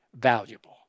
valuable